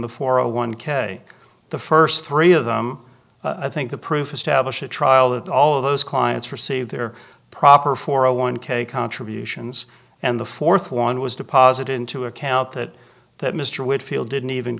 the four a one k the first three of them i think the proof establish a trial that all of those clients received their proper for a one k contributions and the fourth one was deposited into account that that mr wickfield didn't even